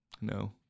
No